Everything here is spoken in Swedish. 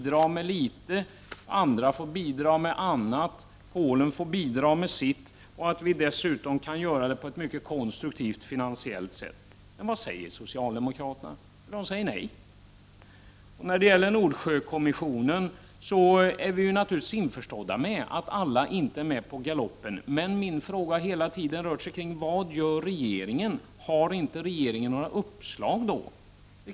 Dessutom kan vi göra det på ett konstruktivt finansiellt sätt. Men vad säger socialdemokraterna? De säger nej. När det gäller Nordsjökommissionen är vi naturligtvis införstådda med att inte alla är med på galoppen. Men min fråga rör sig hela tiden kring: Vad gör regeringen? Har regeringen inga uppslag?